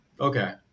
okay